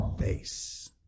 Face